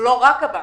לא רק הבנק.